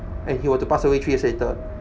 and he were to pass away three years later